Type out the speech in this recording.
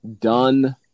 done